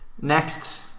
next